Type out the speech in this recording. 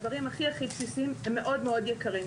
הדברים הכי בסיסיים הם מאד יקרים,